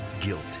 guilt